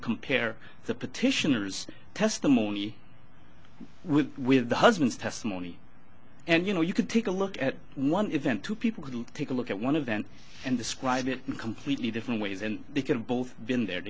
compare the petitioners testimony with with the husband's testimony and you know you could take a look at one event two people could take a look at one of them and describe it in completely different ways and they could have both been there